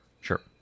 Sure